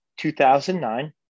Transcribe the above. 2009